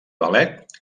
ballet